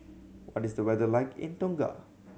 what is the weather like in Tonga